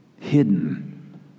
hidden